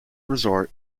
resort